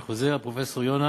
אני חוזר, פרופסור יונה,